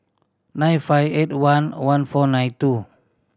nine five eight one one four nine two